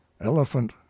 elephant